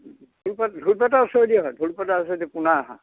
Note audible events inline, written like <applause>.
<unintelligible> ঢোলপেটা ওচৰেদি হয় ঢোলপেটা ওচৰেদি পোনাই আহা